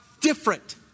different